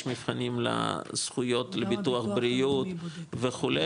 יש מבחנים לזכויות לביטוח בריאות וכו',